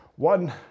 One